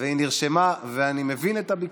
והיא נרשמה, ואני מבין את הביקורת.